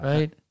Right